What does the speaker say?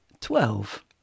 Twelve